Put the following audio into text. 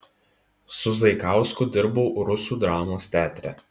su zaikausku dirbau rusų dramos teatre